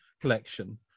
collection